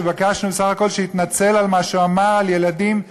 שביקשנו בסך הכול שיתנצל על מה שהוא אמר על ילדים,